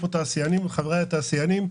התעשיינים,